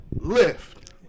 Lift